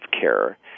care